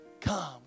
Come